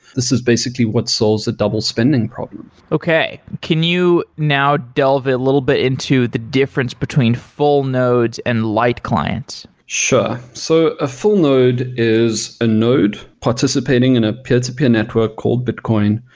this is basically what solves the double spending problem okay. can you now delve a little bit into the difference between full nodes and light clients? sure. so a full node is a node participating in a peer-to-peer network called bitcoin,